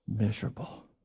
miserable